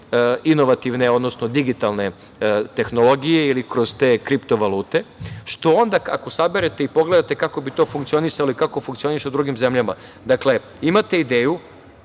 inovativne, odnosno digitalne tehnologije, ili kroz te kriptovalute, što onda, ako saberete i pogledate kako bi to funkcionisalo i kako funkcioniše u drugim zemljama. Dakle, imate ideju,